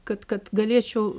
kad kad galėčiau